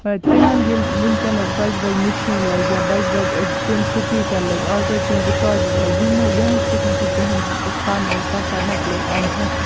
تِمَن ییٚلہِ وٕنکیٚنَس بَجہِ بَجہِ مَشیٖن لَجہِ یا بَجہِ بَجہِ تِم سپیٖکَر لٔگۍ آٹو ٹیون رِکاڈَر لٔگۍ یِہٕنٛد سۭتۍ ہَسا تِہُنٛد یُس سُہ فَن اوس سُہ ہَسا مۄکلیو اَنٛد ہیٚتھ